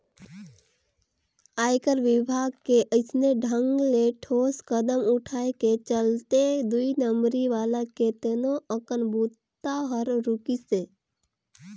आयकर विभाग के अइसने ढंग ले ठोस कदम उठाय के चलते दुई नंबरी वाला केतनो अकन बूता हर रूकिसे